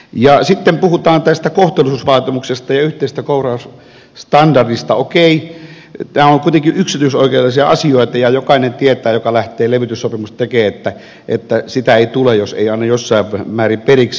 ja sitten puhutaan tästä kohtuullisuusvaatimuksesta ja yhteisestä korvausstandardista okei nämä ovat kuitenkin yksityisoikeudellisia asioita ja jokainen joka lähtee levytyssopimusta tekemään tietää että sitä ei tule jos ei anna jossain määrin periksi